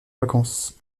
vacances